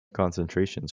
concentrations